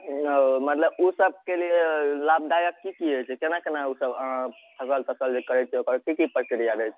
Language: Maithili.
मतलब ओ सबके लिए लाभदायक की की होइ छै केना केना ओ सब फसल तसल जे करै छियै ओकर की की प्रक्रिया रहै छै